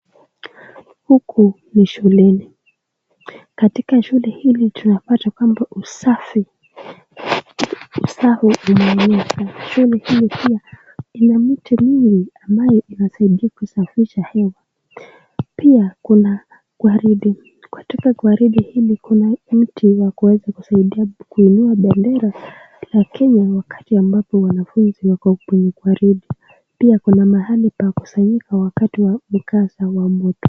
Huku ni shuleni. Katika shule hili tunapata kwamba usafi usafi unaonyesha. Shule hili pia ina miti mingi ambayo inasaidia kusafisha hewa. Pia kuna gwaride. Katika gwaride hili kuna mti wa kuweza kusaidia kuinua bendera la Kenya wakati ambapo wanafunzi wako kwenye gwaride. Pia kuna mahali pa kusanyika wakati wa mkasa wa moto.